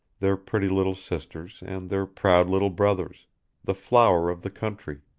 their pretty little sisters and their proud little brothers the flower of the country.